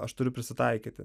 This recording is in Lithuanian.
aš turiu prisitaikyti